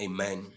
Amen